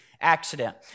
accident